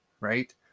right